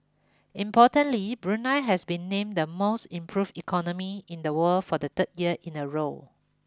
importantly Brunei has been named the most improved economy in the world for the third year in a row